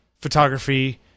photography